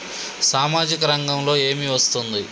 సామాజిక రంగంలో ఏమి వస్తుంది?